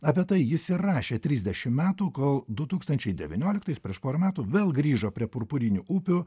apie tai jis ir rašė trisdešimt metų kol du tūkstančiai devynioliktais prieš porą metų vėl grįžo prie purpurinių upių